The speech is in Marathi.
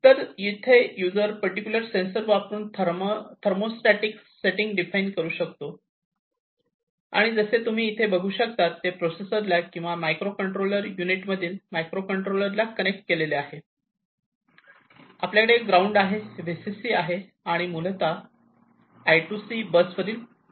तर येथे युजर पर्टिक्युलर सेन्सर वापरून थर्मो स्टॅटिक सेटिंग डिफाइन करू शकतो आणि जसे तुम्ही इथे बघू शकता ते प्रोसेसर ला किंवा या मायक्रो कंट्रोलर युनिटमधील मायक्रो कंट्रोलर ला कनेक्ट केलेले आहे आणि आपल्याकडे ग्राउंड आहे VCC आणि हे मूलतः I2C बसवरील पोर्ट आहेत